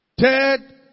third